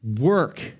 work